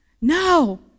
No